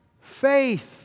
faith